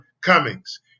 Cummings